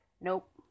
Nope